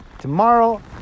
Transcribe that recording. tomorrow